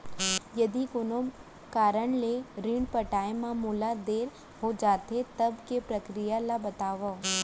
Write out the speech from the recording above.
यदि कोनो कारन ले ऋण पटाय मा मोला देर हो जाथे, तब के प्रक्रिया ला बतावव